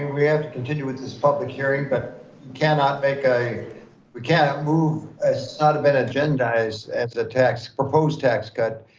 we have to continue with this public hearing but cannot make a, we can't move a sort of an agenda as the ah tax, proposed tax cut.